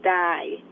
die